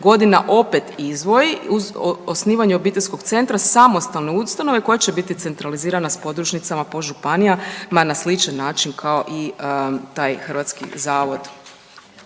godina opet izdvoji uz osnivanje obiteljskog centra samostalne ustanove koja će biti centralizirana s podružnicama po županijama na sličan način kao i taj hrvatski zavod.